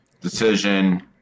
decision